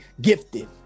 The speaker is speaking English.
gifted